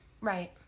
right